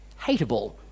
hateable